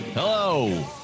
Hello